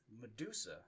Medusa